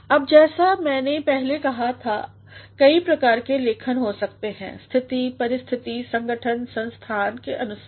अब जैसा मैंने पहले कहता था कई प्रकार के लेखन हो सकते हैं स्थिति परिस्थिति संगठन और संसथान के सनुसार